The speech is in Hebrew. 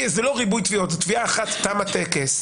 זה לא ריבוי תביעות זאת תביעה אחת ותם הטקס.